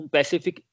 Pacific